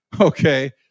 Okay